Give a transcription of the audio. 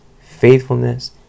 faithfulness